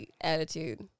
attitude